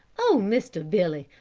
oh, mr. billy,